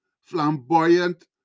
flamboyant